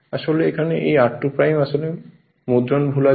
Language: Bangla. আসলে এটি এখানে এই r2 আসলে মুদ্রণ ভুল আছে